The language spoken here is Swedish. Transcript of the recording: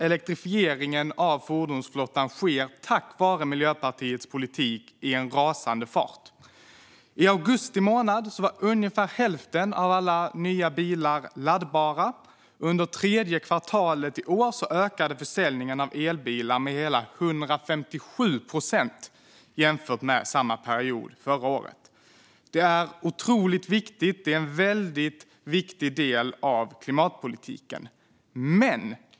Elektrifieringen av fordonsflottan sker, tack vare Miljöpartiets politik, i en rasande fart. I augusti månad var ungefär hälften av alla nya bilar laddbara. Under tredje kvartalet i år ökade försäljningen av elbilar med hela 157 procent jämfört med samma period förra året. Det är otroligt positivt och en väldigt viktig del i klimatpolitiken.